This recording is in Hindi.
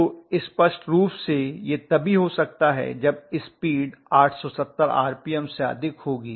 तो स्पष्ट रुप से यह तभी हो सकता है जब स्पीड 870 आरपीएम से अधिक होगी